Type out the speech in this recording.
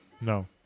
No